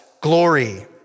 glory